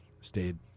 stayed